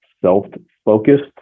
self-focused